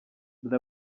dore